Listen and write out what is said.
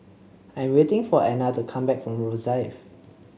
I'm waiting for Ena to come back from Rosyth